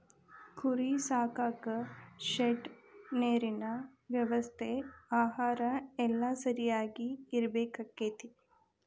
ಕುರಿ ಸಾಕಾಕ ಶೆಡ್ ನೇರಿನ ವ್ಯವಸ್ಥೆ ಆಹಾರಾ ಎಲ್ಲಾ ಸರಿಯಾಗಿ ಇರಬೇಕಕ್ಕತಿ